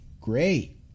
Great